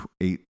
eight